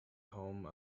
home